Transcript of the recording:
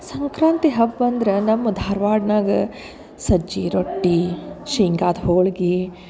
ಸಂಕ್ರಾಂತಿ ಹಬ್ಬ್ ಅಂದ್ರ ನಮ್ಮ ಧಾರವಾಡನಾಗ ಸಜ್ಜಿ ರೊಟ್ಟಿ ಶೇಂಗಾದ ಹೋಳಿಗಿ